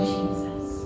Jesus